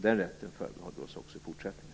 Den rätten förbehåller vi oss också i fortsättningen.